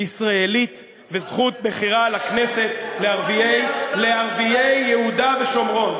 ישראלית וזכות בחירה לכנסת לערביי יהודה ושומרון.